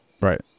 Right